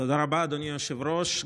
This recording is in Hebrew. תודה רבה, אדוני היושב-ראש.